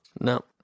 No